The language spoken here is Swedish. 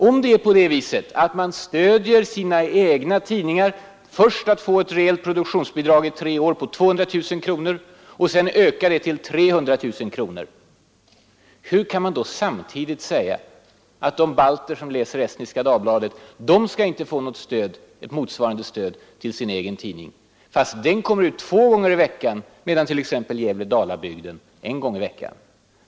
Först stöder man sina egna tidningar för att få ett reellt produktionsbidrag i tre år på 200 000 kronor och sedan ökar man det till 300 000 kronor. Hur kan man då samtidigt säga att de balter som läser Estniska Dagbladet inte skall få något motsvarande stöd till sin tidning, fastän den kommer ut två gånger i veckan medan t.ex. Gävle-Dalabygden kommer ut en gång i veckan?